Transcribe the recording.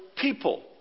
people